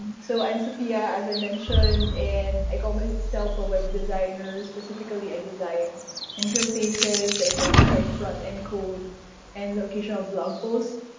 so, i'm sophia, as i mentioned, and i call myself a web designer. specifically, i design interfaces, i write write front-end code and the occasional blog post.